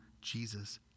Jesus